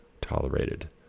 tolerated